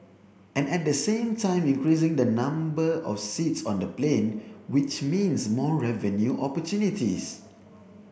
and at the same time increasing the number of seats on the plane which means more revenue opportunities